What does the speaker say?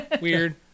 weird